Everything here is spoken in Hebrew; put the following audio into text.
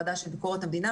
ועדה של ביקורת המדינה,